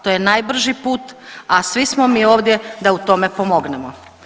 To je najbrži put, a svi smo mi ovdje da u tome pomognemo.